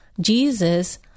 Jesus